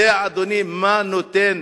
יודע מה זה נותן